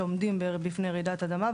שעומדים בפני רעידת אדמה,